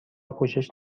پوشش